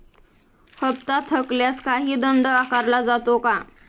हप्ता थकल्यास काही दंड आकारला जातो का?